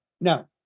Now